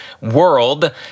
world